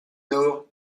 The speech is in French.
nour